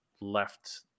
left